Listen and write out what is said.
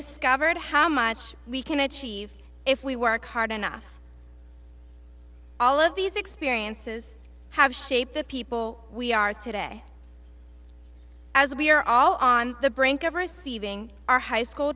discovered how much we can achieve if we work hard enough all of these experiences have shaped the people we are today as we are all on the brink of receiving our high school